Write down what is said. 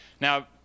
Now